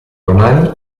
romani